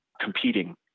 competing